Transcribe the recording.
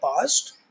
past